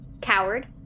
Coward